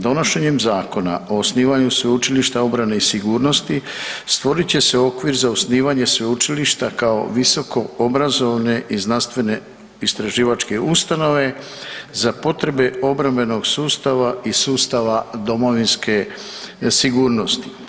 Donošenjem Zakona o osnivanju Sveučilišta obrane i sigurnosti stvorit će se okvir za osnivanje Sveučilišta kao visokoobrazovne i znanstvene istraživačke ustanove, za potrebe obrambenog sustava i sustava domovinske sigurnosti.